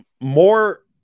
more